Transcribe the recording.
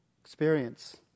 experience